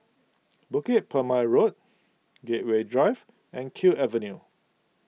Bukit Purmei Road Gateway Drive and Kew Avenue